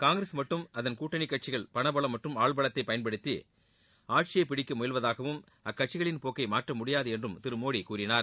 காங்கிரஸ் மட்டும் அதள் கூட்டணி கட்சிகள் பணபலம் மற்றம் ஆள்பலத்தை பயன்படுத்தி ஆட்சியை பிடிக்க முயல்வதாகவும் அக்கட்சிகளின் போக்கை மாற்ற முடியாது என்றும் திரு மோடி கூறினார்